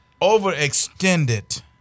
overextended